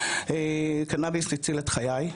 קנביס הציל את חיי.